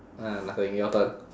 uh nothing your turn